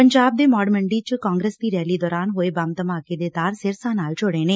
ਪੰਜਾਬ ਦੇ ਮੋੜ ਮੰਡੀ ਚ ਕਾਂਗਰਸ ਦੀ ਰੈਲੀ ਦੌਰਾਨ ਹੋਏ ਬੰਬ ਧਮਾਕੇ ਦੇ ਤਾਰ ਸਿਰਸਾ ਨਾਲ ਜੁੜੇ ਨੇ